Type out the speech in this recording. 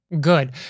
Good